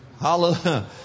Hallelujah